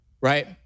Right